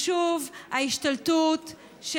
ושוב, ההשתלטות של